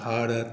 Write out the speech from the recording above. Bharat